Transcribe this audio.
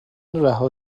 رها